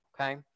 Okay